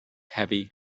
heavy